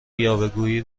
یاوهگویی